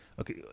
Okay